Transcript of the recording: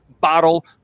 bottle